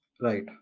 Right